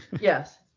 Yes